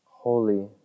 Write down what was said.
Holy